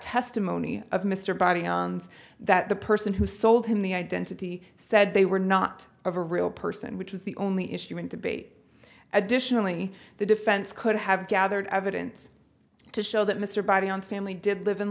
testimony of mr body and that the person who sold him the identity said they were not of a real person which was the only issue in debate additionally the defense could have gathered evidence to show that mr body on family did live in